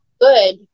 good